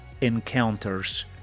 encounters